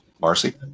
Marcy